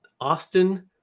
Austin